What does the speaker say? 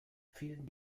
vielen